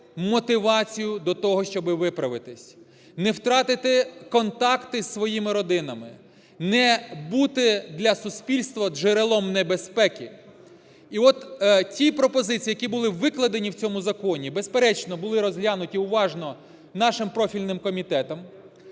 мотивацію до того, щоб виправитись. Не втратити контакти з своїми родинами, не бути для суспільства джерелом небезпеки. І от ті пропозиції, які були викладені в цьому законі, безперечно були розглянуті уважно нашим профільним комітетом.